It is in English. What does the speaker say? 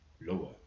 lower